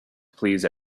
please